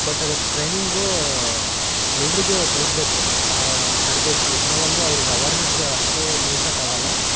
but ಅದರ training ಎಲ್ಲ್ರಿಗೂ ತಲ್ಪ್ಬೇಕು ಆ ತರಬೇತಿ ಇನ್ನವೊಂದು ಅವ್ರಿಗೆ ಅವರ್ನೆಸ್ಸ್ ಅಷ್ಟು ಮೂಡ್ಸಕಾಗಲ್ಲ